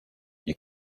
you